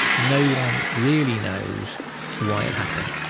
no one really knows why it happened.